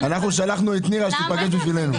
אנחנו שלחנו את נירה שתיפגש בשבילנו.